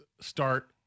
start